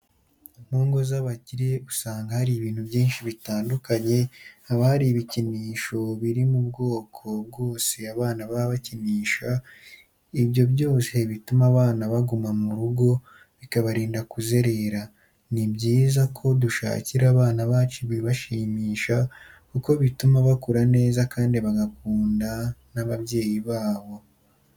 Mu ngo z'abakire usanga hari ibintu byinshi bitandukanye haba hari ibinisho biri mu bwoko bwose abana babo bakinisha, ibyo byose bituma abana baguma mu rugo bikabarinda kuzerera, ni byiza ko dushakira abana bacu ibibashimisha kuko bituma bakura neza kandi bagakunda n'ababyeyi babo.